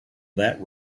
that